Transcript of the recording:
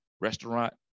Restaurant